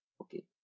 okay